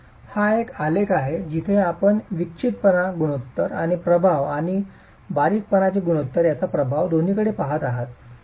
तर हा एक आलेख आहे जिथे आपण विक्षिप्तपणा गुणोत्तर आणि प्रभाव आणि बारीकपणाचे गुणोत्तर यांचा प्रभाव दोन्हीकडे पहात आहात